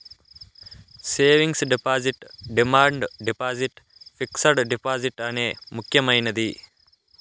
savings deposit demand deposit fixed deposit అనే ముక్యమైనది